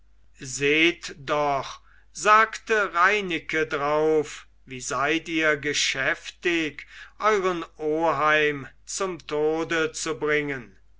seht doch sagte reineke drauf wie seid ihr geschäftig euren oheim zum tode zu bringen